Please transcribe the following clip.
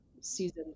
season